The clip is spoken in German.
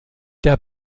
der